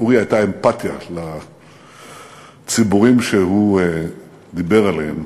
לאורי הייתה אמפתיה לציבורים שהוא דיבר עליהם,